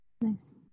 Nice